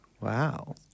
Wow